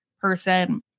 person